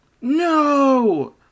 no